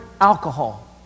alcohol